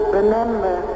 remember